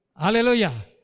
Hallelujah